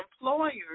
employers